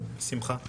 בשמחה.